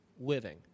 living